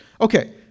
Okay